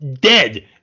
dead